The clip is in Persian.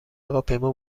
هواپیما